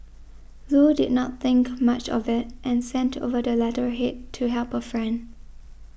Loo did not think much of it and sent over the letterhead to help her friend